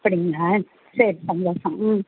அப்படிங்களா சரி சந்தோஷம் ம்